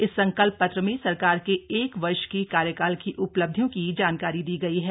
इस संकल्प पत्र में सरकार के एक वर्ष की कार्यकाल की उपलब्धियों की जानकारी दी गई है